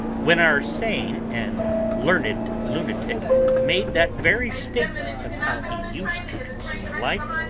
when our sane and learned lunatic made that very statement of how he used to consume life,